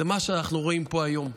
זה מה שאנחנו רואים פה היום.